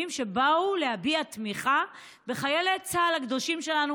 שבאו להביע תמיכה בחיילי צה"ל הקדושים שלנו,